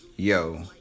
Yo